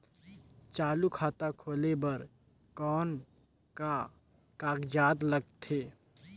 चालू खाता खोले बर कौन का कागजात लगथे?